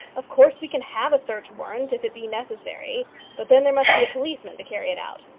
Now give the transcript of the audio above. of course we can have a search-warrant if it be necessary but then there must be a policeman to carry it out.